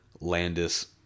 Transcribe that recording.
Landis